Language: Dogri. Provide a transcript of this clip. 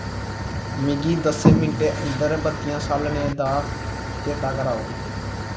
मिगी दस्सें मिन्टें अंदर बत्तियां स्हालने दा चेत्ता कराओ